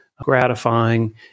gratifying